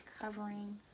covering